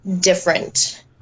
different